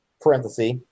parenthesis